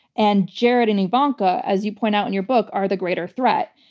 and jared and ivanka, as you point out in your book, are the greater threat.